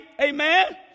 Amen